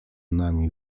nami